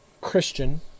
christian